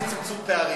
תוכנית צמצום פערים.